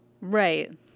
Right